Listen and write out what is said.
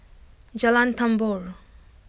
Jalan Tambur